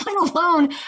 alone